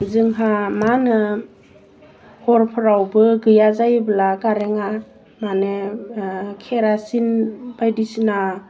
जोंहा मा होनो हरफ्रावबो गैया जायोब्ला कारेन्टना मानि ओह केरासिन बायदिसिना